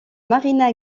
marina